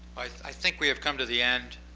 i think we have come to the end.